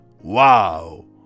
Wow